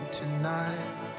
tonight